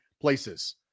places